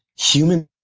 human.